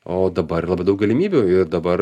o dabar labai daug galimybių ir dabar